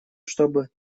чтобы